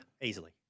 Easily